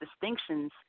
distinctions